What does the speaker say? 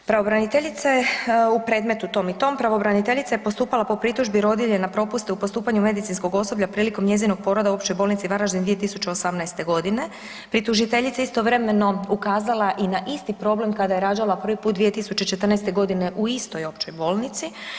Pravobraniteljica je u predmetu tom i tom, pravobraniteljica je postupala po pritužbi rodilje na propuste u postupanju medicinskog osoblja prilikom njezinog poroda u Općoj bolnici Varaždin 2018. pri tužiteljici istovremeno ukazala i na isti problem kada je rađala prvi put 2014. g. u istoj općoj bolnici.